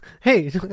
Hey